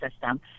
system